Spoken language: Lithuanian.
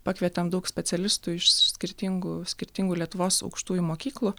pakvietėm daug specialistų iš skirtingų skirtingų lietuvos aukštųjų mokyklų